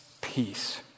peace